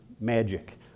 magic